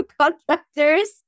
contractors